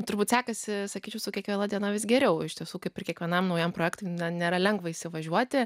turbūt sekasi sakyčiau su kiekviena diena vis geriau iš tiesų kaip ir kiekvienam naujam projektui nėra lengva įsivažiuoti